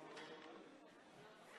לא צריך לומר תודה.